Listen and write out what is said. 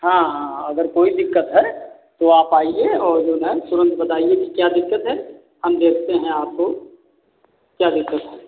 हाँ अगर कोई दिक्कत है औ जो है तुरंत बताईये कि क्या दिक्कत है हम देखते हैं आपको कि क्या दिक्कत है